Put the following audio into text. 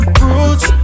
roots